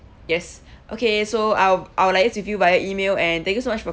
yes okay so I'll I'll liaise with you via email and thank you so much for